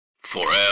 Forever